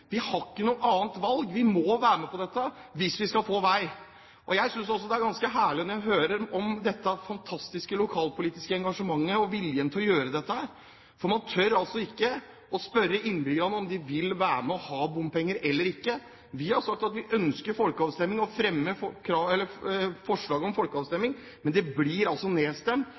vi har ikke noe annet valg, vi må være med på dette hvis vi skal få vei. Jeg synes også det er ganske herlig når jeg hører om dette fantastiske lokalpolitiske engasjementet og viljen til å gjøre dette når man altså ikke tør å spørre innbyggerne om de vil ha bompenger eller ikke. Vi har sagt at vi ønsker folkeavstemning, og fremmer forslag om folkeavstemning, men det blir nedstemt